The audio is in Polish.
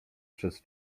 przez